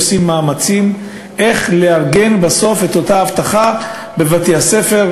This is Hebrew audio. עושות מאמצים לארגן בסוף את אותה אבטחה בבתי-הספר,